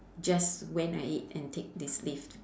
just went at it and take this lift